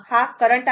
हा करंट आहे